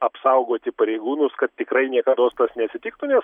apsaugoti pareigūnus kad tikrai niekados tas neatsitiktų nes